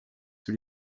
sous